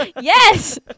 Yes